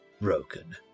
broken